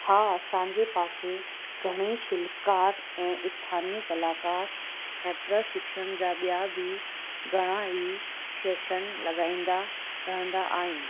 हा असांजे पासे घणेई शिल्पकार ऐं स्थानिय कलाकार ऐं प्रशिक्षण जा ॿिया बि घणेई शेशन लॻाईंदा रहंदा आहिनि